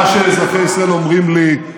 מה שאזרחי ישראל אומרים לי,